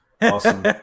Awesome